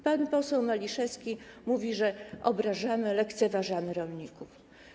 Pan poseł Maliszewski mówi, że obrażamy, lekceważymy rolników.